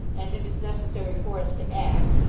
and it is necessary for us to act,